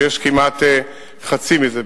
שם יש כמעט חצי מזה.